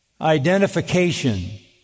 identification